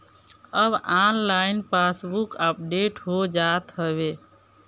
अब online passbook update हो जात हवे